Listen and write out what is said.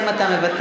האם אתה מוותר?